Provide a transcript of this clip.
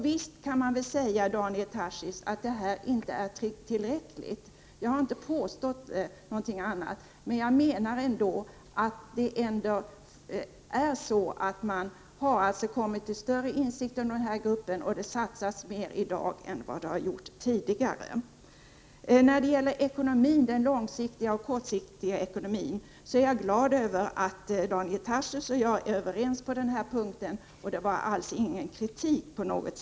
Visst kan man, Daniel Tarschys, säga att detta inte är tillräckligt — jag har inte påstått något annat — men man har som sagt ändå kommit till större insikt och satsar mer i dag än det har gjorts tidigare. Jag är glad över att Daniel Tarschys och jag är överens om den långsiktiga och den kortsiktiga ekonomin.